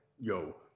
yo